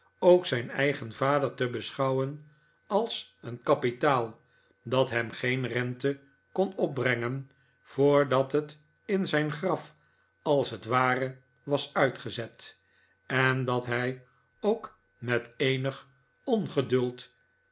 ook zijn eigen vader te beschouwen als een kapitaal dat hem geen rente kon opbrengen voordat het in het graf als het ware was uitgezet en dat hij ook met eenig ongeduld